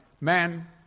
man